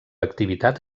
activitat